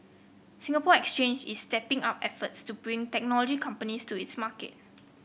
Singapore Exchange is stepping up efforts to bring technology companies to its market